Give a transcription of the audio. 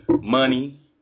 money